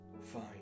Fine